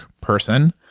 person